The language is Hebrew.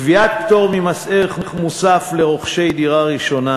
קביעת פטור ממס ערך מוסף לרוכשי דירה ראשונה